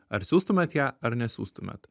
ar siųstumėt ją ar nesiųstumėt